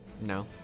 No